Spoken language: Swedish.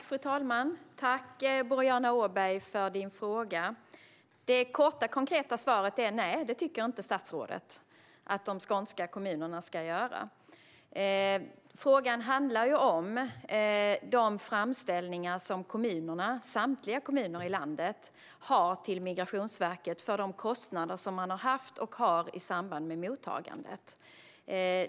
Fru talman! Jag tackar Boriana Åberg för frågan. Det korta, konkreta svaret är: Nej, det tycker inte statsrådet att de skånska kommunerna ska göra. Frågan handlar om de framställningar som samtliga kommuner i landet har till Migrationsverket för de kostnader som de har haft och har i samband med mottagandet.